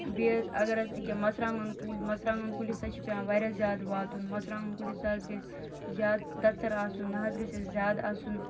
بیٚیہِ حظ اگر حظ اکیاہ اگر مَژروانٛگن کُلۍ مَژروانٛگن کُلِس حظ چھ پیٚوان واریاہواتُن مَژروانٛگن کُلِس حظ گَژھِ زیادٕ تَژَر آسُن نہ حظ گَژھِ اَسہِ زیاد آسُن